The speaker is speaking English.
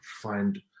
find